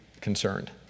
concerned